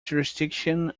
jurisdiction